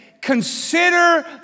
consider